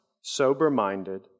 sober-minded